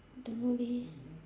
don't know leh